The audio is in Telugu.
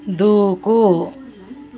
దూకు